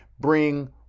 Bring